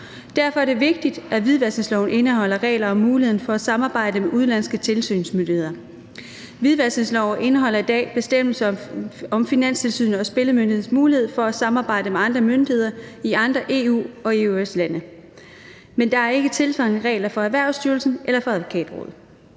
Derfor er det vigtigt, at hvidvaskningsloven indeholder regler om muligheden for at samarbejde med udenlandske tilsynsmyndigheder. Hvidvaskningsloven indeholder i dag bestemmelser om Finanstilsynet og Spillemyndighedens mulighed for at samarbejde med andre myndigheder i andre EU- og EØS-lande. Men der er ikke tilsvarende regler for Erhvervsstyrelsen eller for Advokatrådet.